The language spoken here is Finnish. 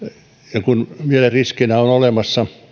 ja kun riskeinä on olemassa